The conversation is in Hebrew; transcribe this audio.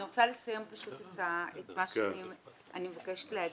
אני רוצה לסיים את מה שאני מבקשת להגיד.